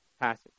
passage